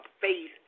faith